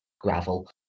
gravel